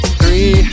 three